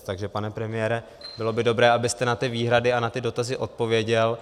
Takže pane premiére, bylo by dobré, abyste na ty výhrady a dotazy odpověděl.